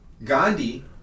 Gandhi